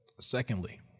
Secondly